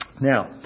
Now